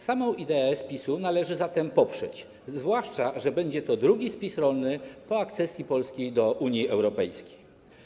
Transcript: Samą ideę spisu należy zatem poprzeć, zwłaszcza że będzie to drugi spis rolny po akcesji Polski do Unii Europejskiej.